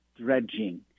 dredging